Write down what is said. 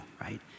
right